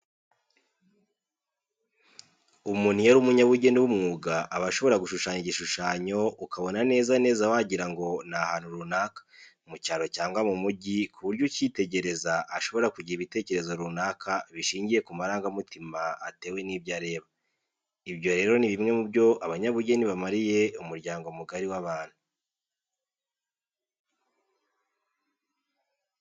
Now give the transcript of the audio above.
Umuntu iyo ari umunyabugeni w'umwuga aba ashobora gushushanya igishushanyo ukabona neza neza wagira ngo ni ahantu runaka, mu cyaro cyangwa mu mujyi ku buryo ukitegereza ashobora kugira ibitekerezo runaka bishingiye ku marangamutima atewe n'ibyo areba. Ibyo rero ni bimwe mu byo abanyabugeni bamariye umuryango mugari w'abantu.